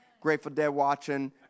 grateful-dead-watching